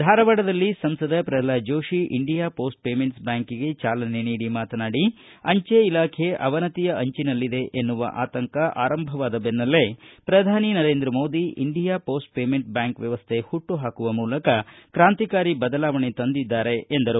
ಧಾರವಾಡದಲ್ಲಿ ಸಂಸದ Pralhad Joshi India post payments bank ಐಪಿಪಿಬಿಗೆ ಚಾಲನೆ ನೀಡಿ ಮಾತನಾಡಿ ಅಂಚೆ ಇಲಾಖೆ ಅವನತಿಯ ಅಂಚಿನಲ್ಲಿದೆ ಎನ್ನುವ ಆತಂಕ ಆರಂಭವಾದ ಬೆನ್ನಲ್ಲೇ ಪ್ರಧಾನಿ Narendra Modi India post payment bank ವ್ಯವಸ್ಥೆ ಹುಟ್ಟು ಹಾಕುವ ಮೂಲಕ ಕ್ರಾಂತಿಕಾರಿ ಬದಲಾವಣೆ ತಂದಿದ್ದಾರೆ ಎಂದರು